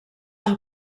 amb